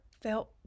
felt